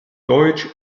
deutsch